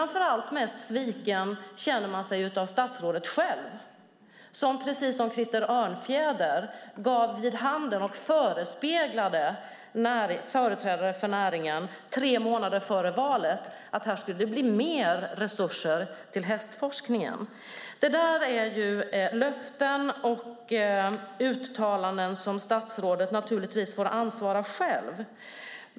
Mest sviken känner man sig kanske av statsrådet själv som, precis som Krister Örnfjäder gav vid handen, tre månader före valet förespeglade företrädare för näringen att det skulle bli mer resurser till hästforskningen. Detta är löften och uttalanden som statsrådet naturligtvis får ansvara för själv.